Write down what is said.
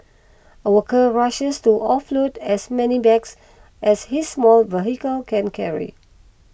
a worker rushes to offload as many bags as his small vehicle can carry